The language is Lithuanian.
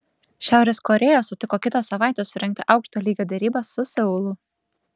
šiaurės korėja sutiko kitą savaitę surengti aukšto lygio derybas su seulu